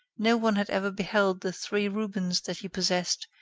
no one had ever beheld the three rubens that he possessed,